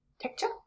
Texture